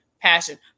passion